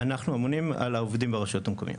אנחנו אמונים על העובדים ברשויות המקומיות.